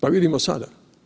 Pa vidimo sada.